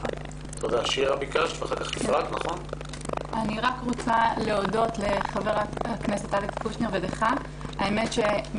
2021. אני רק רוצה להודות לחבר הכנסת אלכס קושניר ולך היושב-ראש.